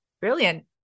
Brilliant